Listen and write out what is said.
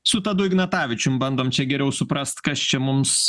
su tadu ignatavičium bandom čia geriau suprast kas čia mums